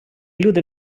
люди